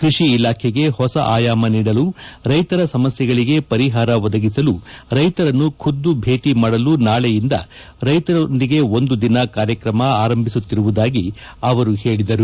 ಕೃಷಿ ಇಲಾಖೆಗೆ ಹೊಸ ಆಯಾಮ ನೀಡಲು ರೈತರ ಸಮಸ್ಯೆಗಳಿಗೆ ಪರಿಹಾರ ಒದಗಿಸಲು ರೈತರನ್ನು ಖುದ್ದು ಭೇಟಿ ಮಾಡಲು ನಾಳೆಯಿಂದ ರೈತರೊಂದಿಗೆ ಒಂದು ದಿನ ಕಾರ್ಯಕ್ರಮ ಆರಂಭಿಸುತ್ತಿರುವುದಾಗಿ ಅವರು ಹೇಳಿದರು